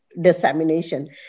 dissemination